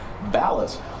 ballots